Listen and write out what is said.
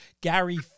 Gary